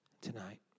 tonight